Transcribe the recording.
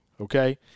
okay